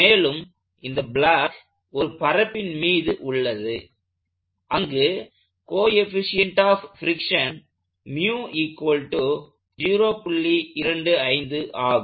மேலும் இந்த பிளாக் ஒரு பரப்பின் மீது உள்ளது அங்கு கோஎபிஷியன்ட் ஆப் பிரிக்ஸன் ஆகும்